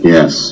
Yes